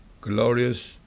glorious